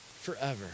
forever